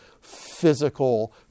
physical